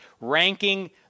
ranking